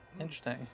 Interesting